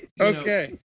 Okay